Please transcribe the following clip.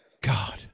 God